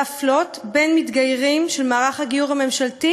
להפלות בין מתגיירים של מערך הגיור הממשלתי